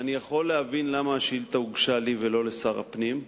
אני יכול להבין למה השאילתא הוגשה לי ולא לשר הפנים.